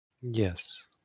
Yes